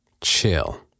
chill